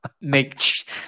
make